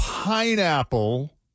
Pineapple